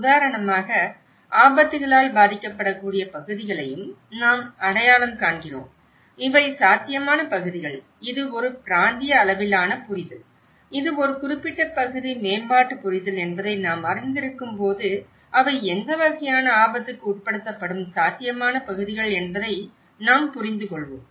உதாரணமாக ஆபத்துக்களால் பாதிக்கப்படக்கூடிய பகுதிகளையும் நாம் அடையாளம் காண்கிறோம் இவை சாத்தியமான பகுதிகள் இது ஒரு பிராந்திய அளவிலான புரிதல் இது ஒரு குறிப்பிட்ட பகுதி மேம்பாட்டு புரிதல் என்பதை நாம் அறிந்திருக்கும்போது அவை எந்த வகையான ஆபத்துக்கு உட்படுத்தப்படும் சாத்தியமான பகுதிகள் என்பதை நாம் புரிந்துகொள்வோம்